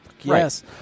Yes